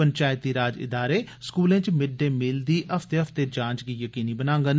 पंचैती राज इदारे स्कूलें च मिड डे मील दी हफ्ते हफ्ते जांच गी यकीनी बनाङन